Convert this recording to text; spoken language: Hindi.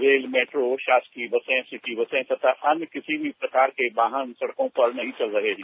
रेल मेट्रो शासकीय बसें सिटी बसें तथा अन्य किसी भी प्रकार के वाहन सड़कों पर नहीं चल रहे हैं